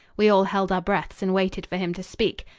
we all held our breaths and waited for him to speak.